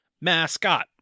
mascot